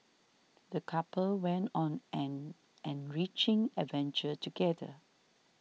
the couple went on an enriching adventure together